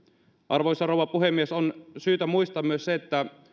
arvoisa rouva puhemies on syytä muistaa myös se että